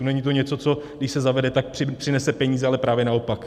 Není to něco, co když se zavede, tak přinese peníze, ale právě naopak.